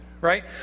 right